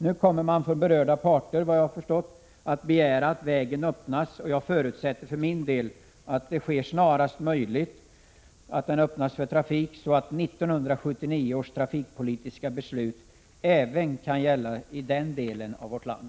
Nu kommer man från berörda parter, såvitt jag förstår, att begära att vägen öppnas. Jag förutsätter för min del att den snarast möjligt öppnas för trafik, så att 1979 års trafikpolitiska beslut även kan gälla i den delen av vårt land.